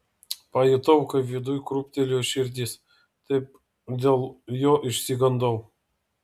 pajutau kaip viduj krūptelėjo širdis taip dėl jo išsigandau